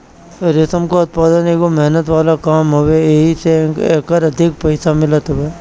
रेशम के उत्पदान एगो मेहनत वाला काम हवे एही से एकर अधिक पईसा मिलत हवे